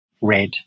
red